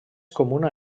comuna